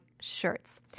shirts